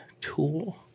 Tool